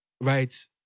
right